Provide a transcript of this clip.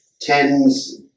tens